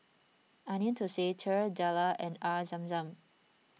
Onion Thosai Telur Dadah and Air Zam Zam